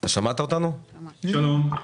שלום.